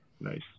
nice